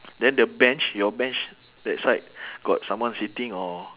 then the bench your bench that side got someone sitting or